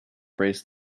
braced